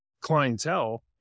clientele